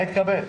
מה התקבל?